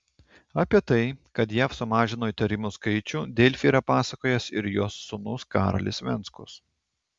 apie tai kad jav sumažino įtarimų skaičių delfi yra pasakojęs ir jos sūnus karolis venckus